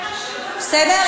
בסדר?